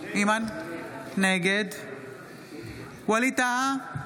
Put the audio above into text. נגד ווליד טאהא,